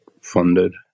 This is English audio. funded